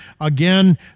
Again